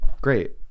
Great